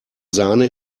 sahne